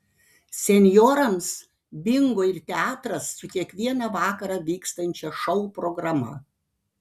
senjorams bingo ir teatras su kiekvieną vakarą vykstančia šou programa